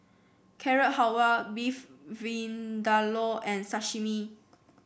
Carrot Halwa Beef Vindaloo and Sashimi